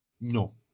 No